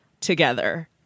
together